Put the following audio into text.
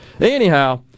Anyhow